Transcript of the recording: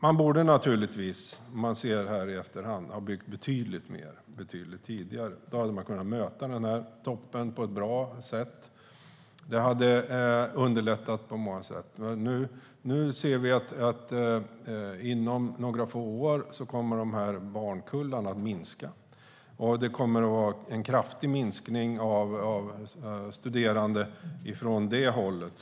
Så här i efterhand kan vi se att man borde ha byggt betydligt mer betydligt tidigare. Då hade man kunnat möta denna topp på ett bra sätt, och det hade på många vis underlättat. Men nu ser vi att inom några få år kommer barnkullarna att minska, och det kommer att vara en kraftig minskning av studerande från det hållet.